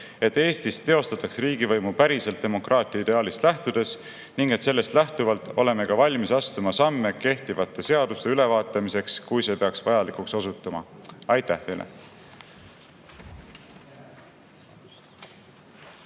et Eestis teostatakse riigivõimu päriselt demokraatia ideaalist lähtudes ning et sellest lähtuvalt oleme ka valmis astuma samme kehtivate seaduste ülevaatamiseks, kui see peaks vajalikuks osutuma. Aitäh teile!